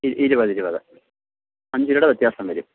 ഇരുപത് ഇരുപത് അഞ്ച് രൂപയുടെ വ്യത്യാസം വരും